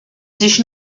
sich